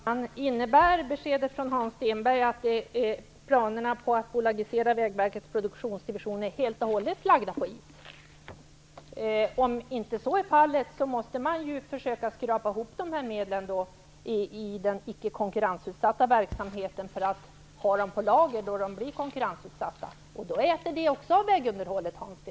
Fru talman! Innebär Hans Stenbergs besked att planerna att bolagisera Vägverkets produktionsdivision är helt och hållet lagda på is? Om så inte är fallet måste man ju försöka skrapa ihop de här medlen i den icke konkurrensutsatta verksamheten för att ha dem på lager då verksamheten blir konkurrensutsatt. Det innebär också att vi äter av vägunderhållet, Hans